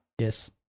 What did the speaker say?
Yes